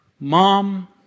mom